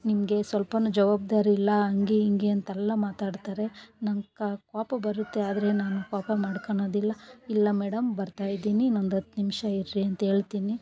ನಿಮಗೆ ಸ್ವಲ್ಪ ಜವಾಬ್ದಾರಿ ಇಲ್ಲ ಹಂಗೆ ಹಿಂಗೆ ಅಂತೆಲ್ಲ ಮಾತಾಡ್ತಾರೆ ನಂಗೆ ಕ ಕೋಪ ಬರುತ್ತೆ ಆದರೆ ನಾನು ಕೋಪ ಮಾಡ್ಕೋಳದಿಲ್ಲ ಇಲ್ಲ ಮೇಡಮ್ ಬರ್ತಾಯಿದ್ದೀನಿ ಇನ್ನೊಂದು ಹತ್ತು ನಿಮಿಷ ಇರ್ರಿ ಅಂತ ಹೇಳ್ತಿನಿ